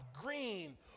green